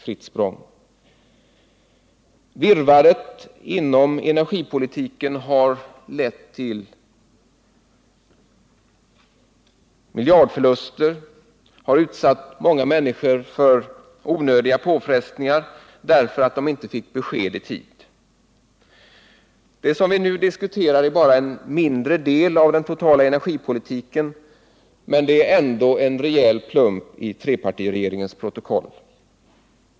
Virrvarret inom energipolitiken har lett till miljardförluster och utsatt många människor för onödiga påfrestningar därför att de inte fått besked i tid. Det som vi nu diskuterar är bara en mindre del av den totala energipolitiken, men det är ändå en stor plump i trepartiregeringens protokoll.